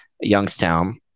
Youngstown